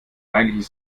eigentlich